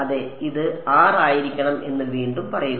അതെ ഇത് R ആയിരിക്കണം എന്ന് വീണ്ടും പറയുക